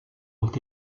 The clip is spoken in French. ont